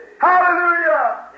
Hallelujah